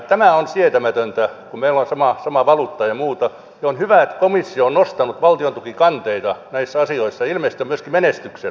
tämä on sietämätöntä kun meillä on sama valuutta ja muuta ja on hyvä että komissio on nostanut valtiontukikanteita näissä asioissa ilmeisesti on myöskin menestyksellinen